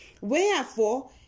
Wherefore